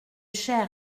cher